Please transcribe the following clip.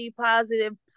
positive